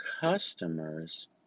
customers